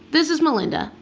this is melinda.